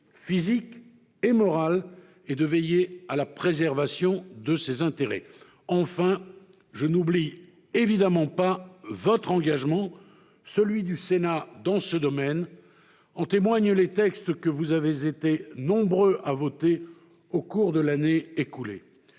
physique et morale, et de veiller à la préservation de ses intérêts. Enfin, je n'oublie évidemment pas votre engagement, celui du Sénat, dans ce domaine. En témoignent les textes que vous avez été nombreux à voter au cours de l'année écoulée.